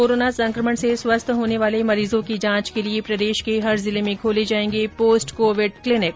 corona संकमण से स्वस्थ होने वाले मरीजों की जांच के लिए प्रदेश के हर जिले में खोले जाएंगे पोस्ट कोविड क्लिनिक